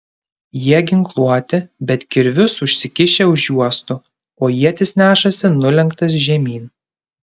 jie ginkluoti bet kirvius užsikišę už juostų o ietis nešasi nulenktas žemyn